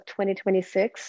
2026